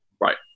right